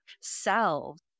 selves